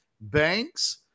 Banks